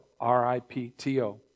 R-I-P-T-O